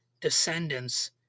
descendants